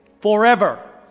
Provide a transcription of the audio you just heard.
forever